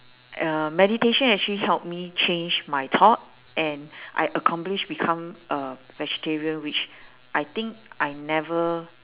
uh meditation actually help me change my thought and I accomplish become a vegetarian which I think I never